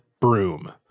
broom